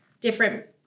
different